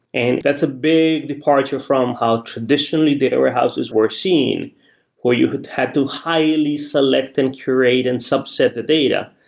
and that's a big departure from how traditionally data warehouses were seen where you had had to highly select and curate and subset the data.